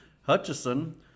Hutchison